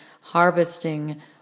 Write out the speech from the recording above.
harvesting